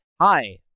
hi –